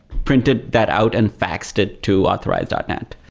printed that out and faxed it to authorize dot net.